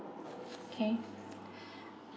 kay